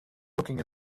looking